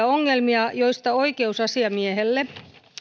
ongelmia joista oikeusasiamiehelle